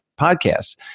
podcasts